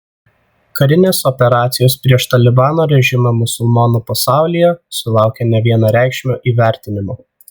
karinės operacijos prieš talibano režimą musulmonų pasaulyje sulaukė nevienareikšmio įvertinimo